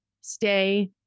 stay